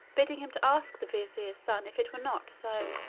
bidding him to ask the vizier's son if it were not so.